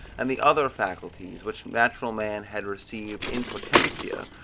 and the other faculties, which natural man had received in potentia,